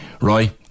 Roy